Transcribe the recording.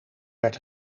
werd